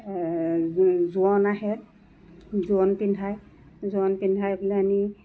জোৰোণ আহে জোৰোণ পিন্ধায় জোৰোণ পিন্ধাই পেলাই নি